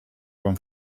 wam